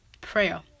prayer